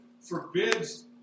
forbids